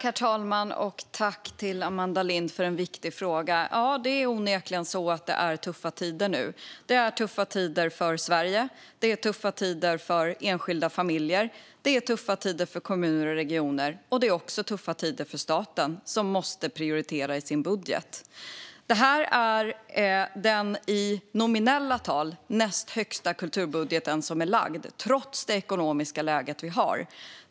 Herr talman! Jag tackar Amanda Lind för en viktig fråga. Ja, det är onekligen tuffa tider nu. Det är tuffa tider för Sverige, och det är tuffa tider för enskilda familjer. Det är tuffa tider för kommuner och regioner - och det är också tuffa tider för staten, som måste prioritera i sin budget. Detta är den i nominella tal näst högsta kulturbudget som har lagts fram, trots det ekonomiska läge vi har.